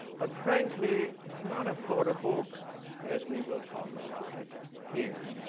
but frankly, not a photo book as we will talk about it here,